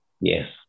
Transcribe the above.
Yes